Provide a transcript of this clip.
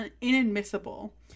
inadmissible